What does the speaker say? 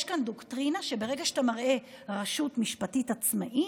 יש כאן דוקטרינה שברגע שאתה מראה רשות משפטית עצמאית,